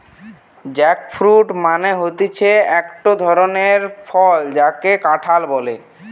jackfruit মানে হতিছে একটো ধরণের ফল যাকে কাঁঠাল বলে